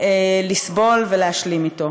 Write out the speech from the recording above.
לסבול ולהשלים אתו.